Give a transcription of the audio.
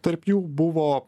tarp jų buvo